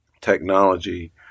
technology